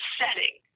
setting